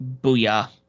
booyah